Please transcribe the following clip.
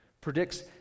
predicts